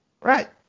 Right